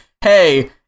hey